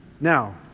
Now